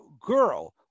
girl